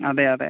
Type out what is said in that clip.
അതേ അതേ